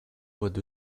voient